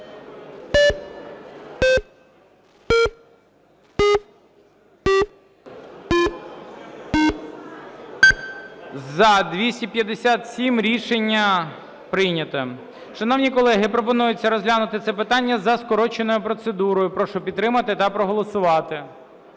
За-257 Рішення прийнято. Шановні колеги, пропонується розглянути це питання за скороченою процедурою. Прошу підтримати та проголосувати.